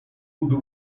would